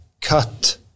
cut